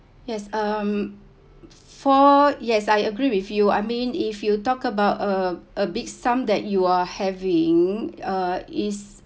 yes um for yes I agree with you I mean if you talk about a a big sum that you are having uh is